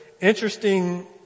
interesting